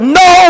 no